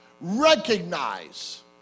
recognize